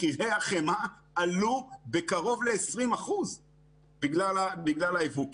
מחירי החמאה עלו בקרוב ל-20% בגלל הייבוא,